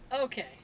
Okay